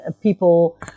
people